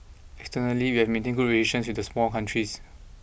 externally we have maintained good relations with the small countries